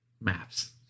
Maps